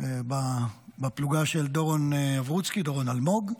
בפלוגה של דורון אלמוג.